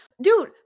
Dude